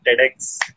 TEDx